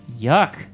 yuck